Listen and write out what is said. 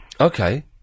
Okay